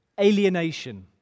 alienation